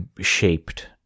shaped